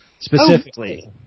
Specifically